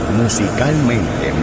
musicalmente